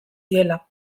diela